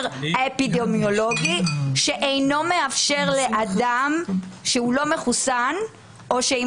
האפידמיולוגי שאינו מאפשר לאדם שהוא לא מחוסן או עם